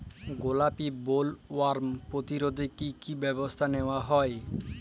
গোলাপী বোলওয়ার্ম প্রতিরোধে কী কী ব্যবস্থা নেওয়া হয়?